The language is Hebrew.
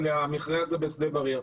למכרה הזה בשדה בריר.